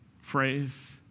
phrase